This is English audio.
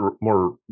more